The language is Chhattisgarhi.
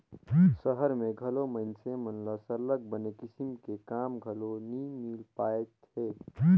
सहर में घलो मइनसे मन ल सरलग बने किसम के काम घलो नी मिल पाएत हे